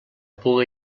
puga